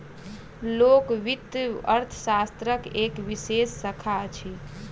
लोक वित्त अर्थशास्त्रक एक विशेष शाखा अछि